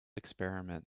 experiment